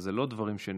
אז זה לא דברים שנאמרו.